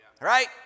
right